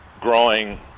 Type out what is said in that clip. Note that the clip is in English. growing